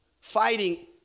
fighting